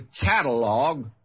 catalog